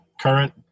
current